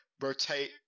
rotate